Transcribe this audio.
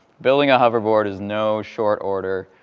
building a hoverboard is no short order.